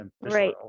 Right